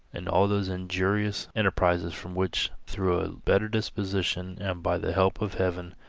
in all those injurious enterprises from which, through a better disposition and by the help of heaven,